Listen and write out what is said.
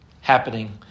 happening